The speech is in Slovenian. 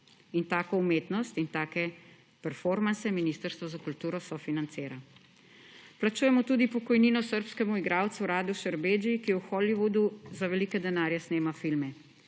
in tako umetnost in take performanse Ministrstvo za kulturo sofinancira. Plačujemo tudi pokojnino srbskemu igralcu Radu Šerbedžiji, ki v Hollywood za velike denarje snema filme.